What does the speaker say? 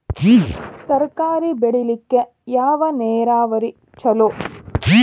ತರಕಾರಿ ಬೆಳಿಲಿಕ್ಕ ಯಾವ ನೇರಾವರಿ ಛಲೋ?